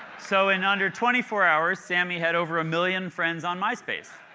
so in under twenty four hours, samy had over a million friends on myspace.